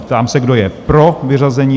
Ptám se, kdo je pro vyřazení?